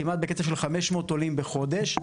כמעט בקצב של 500 עולים בחודש.